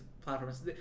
platforms